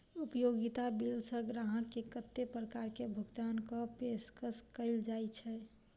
उपयोगिता बिल सऽ ग्राहक केँ कत्ते प्रकार केँ भुगतान कऽ पेशकश कैल जाय छै?